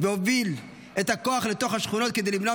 והוביל את הכוח לתוך השכונות כדי למנוע